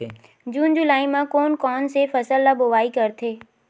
जून जुलाई म कोन कौन से फसल ल बोआई करथे?